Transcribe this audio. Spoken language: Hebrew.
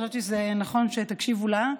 חשבתי שזה נכון שתקשיבו לה,